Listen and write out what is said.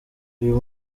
uyu